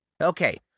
Okay